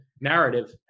narrative